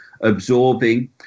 absorbing